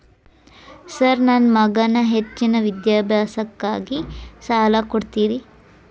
Sir ನನ್ನ ಮಗನ ಹೆಚ್ಚಿನ ವಿದ್ಯಾಭ್ಯಾಸಕ್ಕಾಗಿ ಸಾಲ ಕೊಡ್ತಿರಿ?